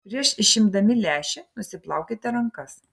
prieš išimdami lęšį nusiplaukite rankas